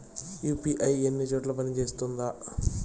UPI అన్ని చోట్ల పని సేస్తుందా?